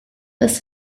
ist